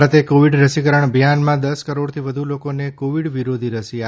ભારતે કોવિડ રસીકરણ અભિયાનમાં દસ કરોડથી વધુ લોકોને કોવિડ વિરોધી ર સી